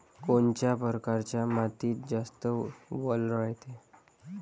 कोनच्या परकारच्या मातीत जास्त वल रायते?